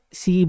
si